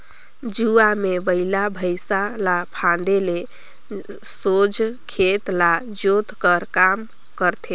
जुवा मे बइला भइसा ल फादे ले सोझ खेत ल जोत कर काम करथे